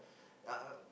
um